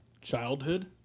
childhood